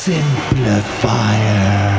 Simplifier